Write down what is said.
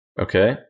Okay